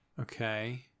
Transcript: Okay